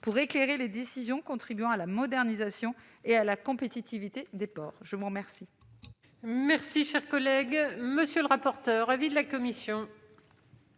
pour éclairer les décisions contribuant à la modernisation et à la compétitivité des ports. Quel